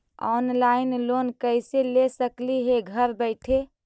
Online loan कैसे ले सकली हे घर बैठे?